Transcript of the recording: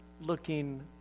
looking